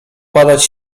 padać